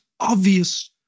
obvious